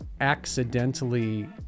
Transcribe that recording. accidentally